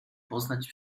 poznać